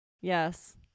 yes